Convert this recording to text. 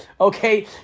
okay